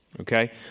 Okay